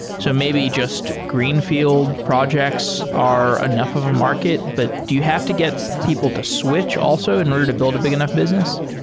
so maybe just greenfi eld projects are enough of a market, but do you have to get people to switch also in order to build a big enough business?